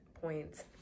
points